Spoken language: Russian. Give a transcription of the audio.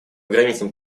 границам